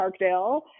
parkdale